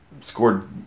scored